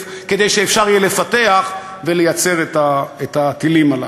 כדי שאפשר יהיה לפתח ולייצר את הטילים הללו.